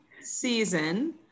season